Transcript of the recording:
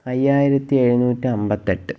അയ്യായിരത്തി എഴുന്നൂറ്റി അന്പത്തിയെട്ട്